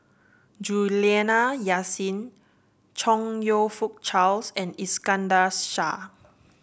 Juliana Yasin Chong You Fook Charles and Iskandar Shah